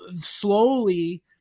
slowly